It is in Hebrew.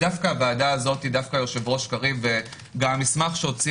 דווקא הוועדה הזאת והיושב-ראש קריב והמסמך שהוציא